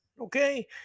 okay